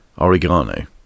oregano